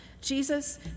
Jesus